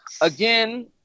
again